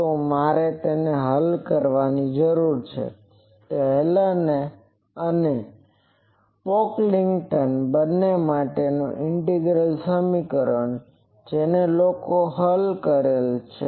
તો મારે તેને હલ કરવાની જરૂર છે તો હેલેન અને પોકલિંગ્ટન બંને માટેનું આ ઈન્ટીગ્રલ સમીકરણજેને લોકોએ હલ કરેલ છે